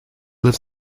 lives